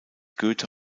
goethe